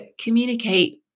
communicate